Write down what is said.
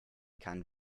kann